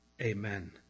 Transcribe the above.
Amen